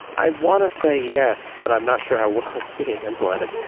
i want to say yes, but i'm not sure how well it's being implemented.